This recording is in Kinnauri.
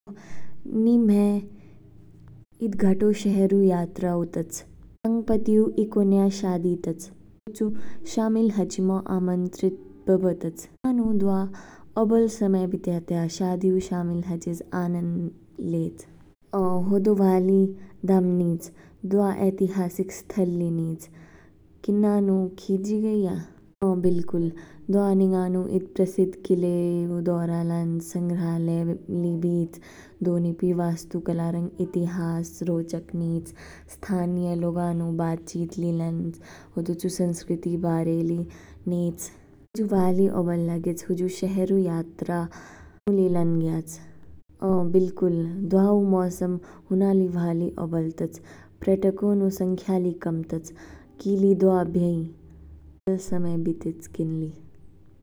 नि मैं इद घाटो शहरू यात्राऊ तोच, अंग पतिऊ ई कोनया शादी तोच। शामिल हाचिमोआमंत्रित बबअ तोच। आनु द्वा ओबल समय बित्यातया, शादिऊ शामिल हाचित। शादिऊ शामिल हजेत आनंद लेज। औं होदो वाली दम नीच, द्वा एतिहासिक स्थल नीच। किनानू खीजीगईया। अ, बिलकुल द्वा निगानू इद प्रसिद्ध किलेऊ दोरा लान्च, संग्राले ली बीच। दो निपी वास्तु कला रंग ईतिहास रोचक नीच। स्थानिय लोगा नू बाचीत ली लन्च, होदो चु संस्कृति बारे ली नीच। हुजु वाली ओबल लागेच, हुजु शहरऊ यात्रा नू ली लंगयाच। अ, बिलकुल। दवा ऊ मौसम हुना ली वाली अबल तोच। पर्यटकऊ संख्या ली कम तोच। कि ली द दवा बयोई कि ली ओबल समय बीतेच किन ली।